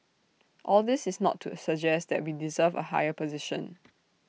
all this is not to suggest that we deserve A higher position